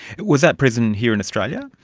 was that prison here in australia?